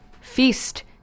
Feast